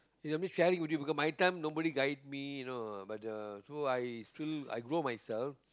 let me sharing with you because my time nobody guide me you know uh but the I still so I grow myself